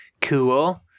Cool